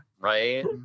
right